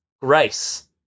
grace